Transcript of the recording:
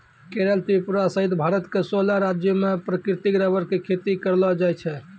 केरल त्रिपुरा सहित भारत के सोलह राज्य मॅ प्राकृतिक रबर के खेती करलो जाय छै